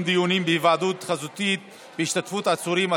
דיונים בהיוועדות חזותית בהשתתפות עצורים,